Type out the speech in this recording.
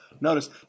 Notice